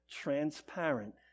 transparent